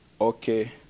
okay